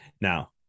now